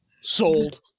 sold